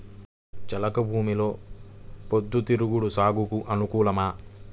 చెలక భూమిలో పొద్దు తిరుగుడు సాగుకు అనుకూలమా?